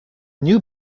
new